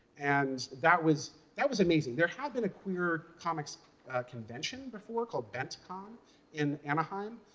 and that was that was amazing. there had been a queer comics convention before called bent con in anaheim.